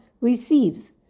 receives